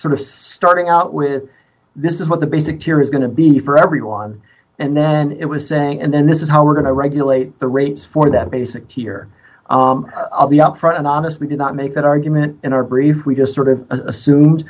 sort of starting out with this is what the basic theory is going to be for everyone and then it was saying and then this is how we're going to regulate the rates for that basic tier of the up front and honest we cannot make that argument in our brief we just sort of assumed